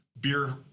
beer